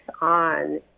on